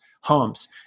homes